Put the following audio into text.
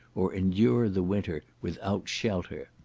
or endure the winter without shelter.